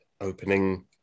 opening